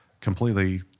completely